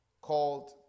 called